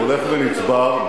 הולך ונצבר,